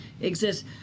exists